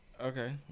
Okay